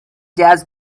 jazz